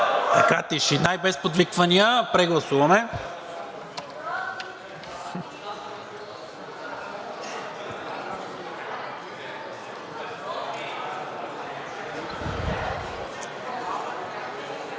Така, тишина и без подвиквания. Прегласуваме.